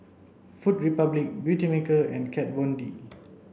Food Republic Beautymaker and Kat Von D